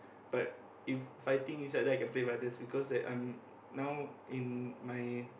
but if fighting right I can play with others because right I now in my